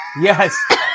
Yes